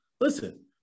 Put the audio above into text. Listen